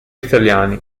italiani